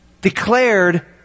Declared